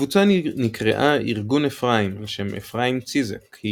הקבוצה נקראה ארגון אפרים על שם אפרים ציזק היא